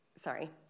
sorry